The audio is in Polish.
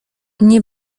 nie